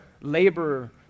laborer